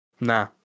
nah